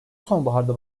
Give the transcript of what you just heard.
sonbaharda